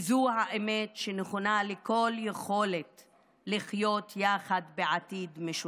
וזו האמת שנכונה לכל יכולת לחיות יחד בעתיד משותף.